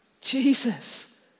Jesus